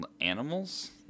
animals